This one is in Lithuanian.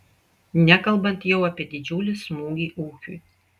nekalbant jau apie didžiulį smūgį ūkiui